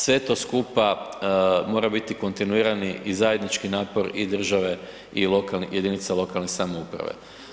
Sve to skupa mora biti kontinuirani i zajednički napor i države i jedinica lokalne samouprave.